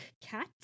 cat